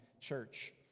church